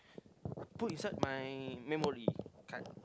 put inside my memory card